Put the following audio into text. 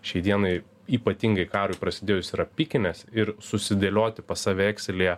šiai dienai ypatingai karui prasidėjus yra pikinės ir susidėlioti pas save ekselyje